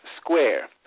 square